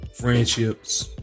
friendships